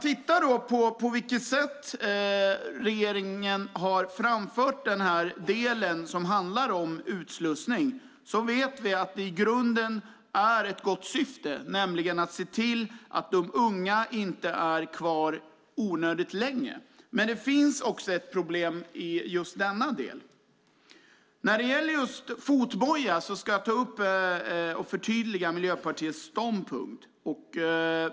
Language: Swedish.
Sett till hur regeringen framfört den del som handlar om utslussning vet vi att syftet i grunden är gott: att se till att de unga inte är kvar onödigt länge. Men det finns också ett problem i just denna del. När det gäller just detta med fotboja ska jag förtydliga Miljöpartiets ståndpunkt.